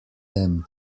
them